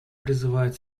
призывает